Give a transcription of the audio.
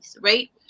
right